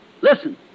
Listen